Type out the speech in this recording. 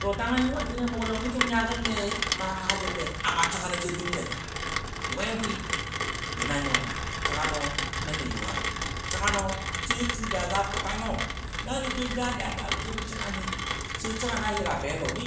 To tangən yuwal tina mʊgolɔn mishi mu nyagən ne ma ka jəl le amma segano sai dʊmle segano nən ni yulan səgano she shu daga kʊta nyo na də jel da dalən jeno səgani səgano she yela be, she